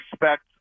respect